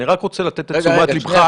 אני רוצה לתת לתשומת ליבך.